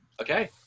Okay